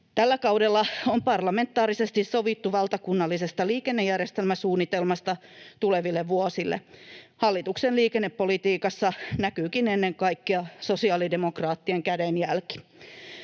Tällä kaudella on parlamentaarisesti sovittu valtakunnallisesta liikennejärjestelmäsuunnitelmasta tuleville vuosille. Hallituksen liikennepolitiikassa näkyykin ennen kaikkea sosiaalidemokraattien kädenjälki.